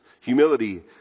humility